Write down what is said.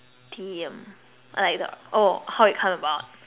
the theme like the oh how it come about